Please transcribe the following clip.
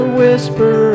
whisper